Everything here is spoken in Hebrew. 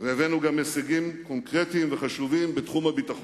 והבאנו גם הישגים קונקרטיים וחשובים בתחום הביטחון.